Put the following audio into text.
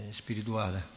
spirituale